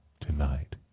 tonight